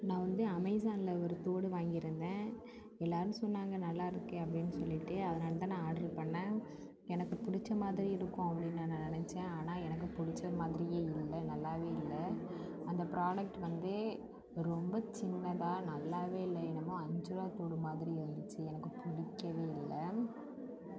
நான் வந்து அமேஸானில் ஒரு தோடு வாங்கியிருந்தேன் எல்லாரும் சொன்னாங்க நல்லா இருக்குது அப்படினு சொல்லிவிட்டு அதனால் தான் நான் ஆட்ரு பண்ணேன் எனக்கு பிடிச்ச மாதிரி இருக்கும் அப்படினு நான் நினச்சேன் ஆனால் எனக்கு பிடிச்ச மாதிரியே இல்லை நல்லாவே இல்லை அந்த ஃப்ராடக்ட் வந்து ரொம்ப சின்னதாக நல்லாவே இல்லை என்னமோ அஞ்சுருபா தோடு மாதிரி இருந்துச்சு எனக்கு பிடிக்கவே இல்லை